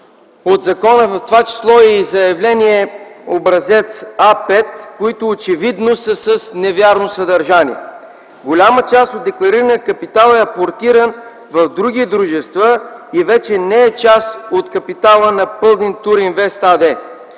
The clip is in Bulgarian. от закона, в това число и заявление Образец А5, които очевидно са с невярно съдържание. Голяма част от декларирания капитал е апортиран в други дружества и вече не е част от капитала на „Пълдинг Туринвест” АД.